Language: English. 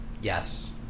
Yes